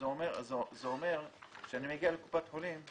זה אומר שאני מגיע לקופת החולים,